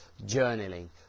journaling